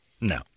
No